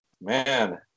Man